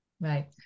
Right